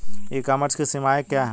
ई commerce की सीमाएं क्या हैं?